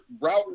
route